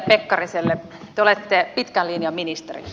te olette pitkän linjan ministeri